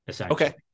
Okay